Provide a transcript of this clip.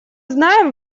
знаем